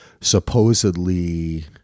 supposedly